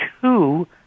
two